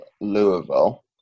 Louisville